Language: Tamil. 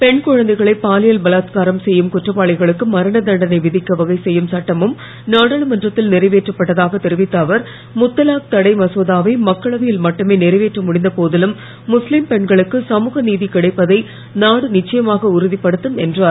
பெண் குழந்தைகளை பாலியல் பலாத்காரம் செய்யும் குற்றவாளிகளுக்கு மரண தண்டனை விதிக்க வகை செய்யும் சட்டமும் நாடாளுமன்றத்தில் நிறைவேற்றப்பட்டதாக தெரிவித்த அவர் முத்தலாக் தடை மசோதாவை மக்களவையில் மட்டுமே நிறைவேற்ற முடிந்த போதிலும் முஸ்லீம் பெண்களுக்கு சமுக நீதி கிடைப்பதை நாடு நிச்சயமாக உறுதிப்படுத்தும் என்றார்